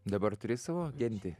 dabar turi savo gentį